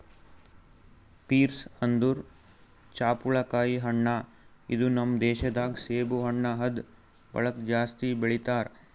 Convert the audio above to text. pears ಅಂದುರ್ ಜಾಪುಳಕಾಯಿ ಹಣ್ಣ ಇದು ನಮ್ ದೇಶ ದಾಗ್ ಸೇಬು ಹಣ್ಣ ಆದ್ ಬಳಕ್ ಜಾಸ್ತಿ ಬೆಳಿತಾರ್